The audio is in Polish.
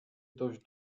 dość